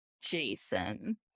Jason